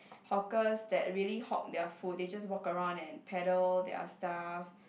hawkers that really hawk their food they just walk around and pedal their stuff